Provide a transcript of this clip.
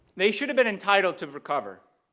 they should have been entitled to recover.